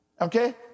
Okay